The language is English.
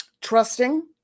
trusting